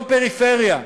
לא פריפריה.